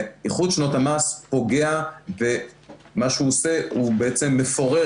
ואיחוד שנות המס פוגע ומה שהוא עושה הוא בעצם מפורר